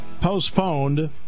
postponed